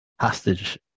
hostage